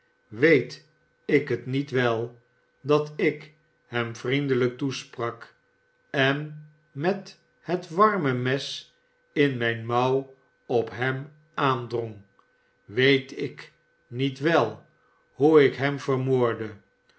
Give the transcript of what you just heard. weet ik het niet wel dat ik hem vriendelijk toesprak en met het warme mes in mijne mouw op hem aandrong weet ik niet wel hoe ik hem vermoordde